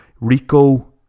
Rico